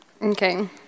Okay